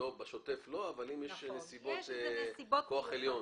בשוטף לא, אבל אם יש נסיבות של כוח עליון.